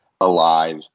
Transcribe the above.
alive